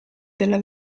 della